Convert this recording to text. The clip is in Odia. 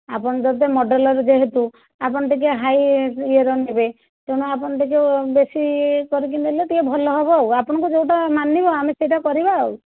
ଆପଣ ତ ଗୋଟେ ମଡ଼େଲର୍ ଯେହେତୁ ଆପଣ ଟିକିଏ ହାଇ ଇଏର ନେବେ ତେଣୁ ଆପଣ ଟିକିଏ ବେଶି କରିକି ନେଲେ ଟିକିଏ ଭଲହେବ ଆଉ ଆପଣଙ୍କୁ ଯେଉଁଟା ମାନିବ ଆମେ ସେଇଟା କରିବା ଆଉ